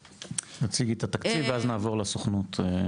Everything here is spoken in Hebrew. תציגי את התקציב ואז נעבור לסוכנות.